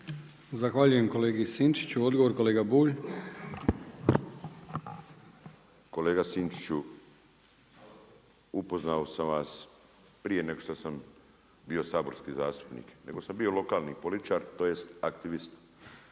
Zahvaljujem kolegi Sinčiću. Odgovor kolega Bulj. **Bulj, Miro (MOST)** Kolega Sinčiću, upoznao sam vas prije nego što sam bio saborski zastupnik. Nego sam bio lokalni političar, tj. aktivist.